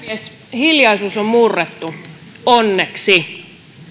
hiljaisuus on murrettu onneksi